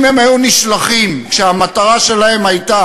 אם הם היו נשלחים כשהמטרה שלהם הייתה